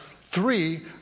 three